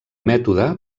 mètode